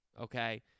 okay